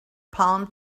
palm